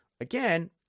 again